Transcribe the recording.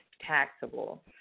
taxable